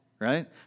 Right